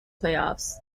playoffs